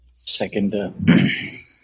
Second